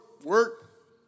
work